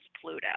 Pluto